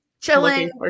chilling